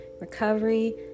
recovery